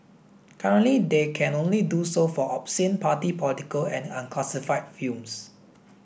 currently they can only do so for obscene party political and unclassified films